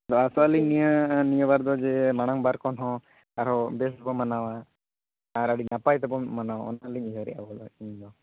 ᱟᱫᱚ ᱟᱥᱚᱜ ᱟᱞᱤᱧ ᱱᱤᱭᱟᱹ ᱵᱟᱨ ᱫᱚ ᱡᱮ ᱢᱟᱲᱟᱝ ᱵᱟᱨ ᱠᱷᱚᱱ ᱦᱚᱸ ᱟᱨᱦᱚᱸ ᱵᱮᱥ ᱵᱚ ᱢᱟᱱᱟᱣᱟ ᱟᱨ ᱟᱹᱰᱤ ᱱᱟᱯᱟᱭ ᱛᱮᱵᱚᱱ ᱢᱟᱱᱟᱣᱟ ᱚᱱᱟᱞᱤᱧ ᱩᱭᱦᱟᱹᱨ ᱮᱫᱟ ᱵᱚᱞᱮ ᱤᱧᱫᱚ